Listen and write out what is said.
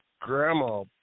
grandma